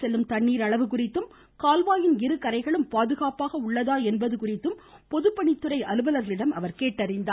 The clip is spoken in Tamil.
செல்லும் தண்ணீர் அளவு கால்வாயில் குறித்தும் கால்வாயின் இருகரைகளும் பாதுகாப்பாக உள்ளதா எனவும் பொதுப்பணித்துறை அலுவலர்களிடம் அவர் கேட்டறிந்தார்